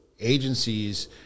agencies